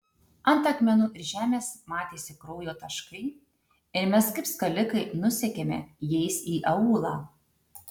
ant akmenų ir žemės matėsi kraujo taškai ir mes kaip skalikai nusekėme jais į aūlą